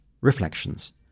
reflections